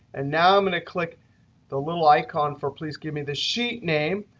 and now i'm going to click the little icon for please give me the sheet name.